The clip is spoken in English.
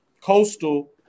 coastal